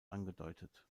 angedeutet